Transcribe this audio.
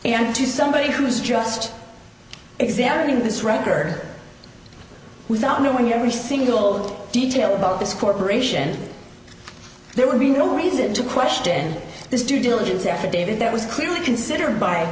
and to somebody who's just examining this record without knowing you every single detail about this corporation there would be no reason to question this due diligence affidavit that was clearly considered by